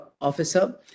officer